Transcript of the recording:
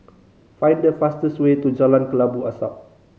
find the fastest way to Jalan Kelabu Asap